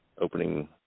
opening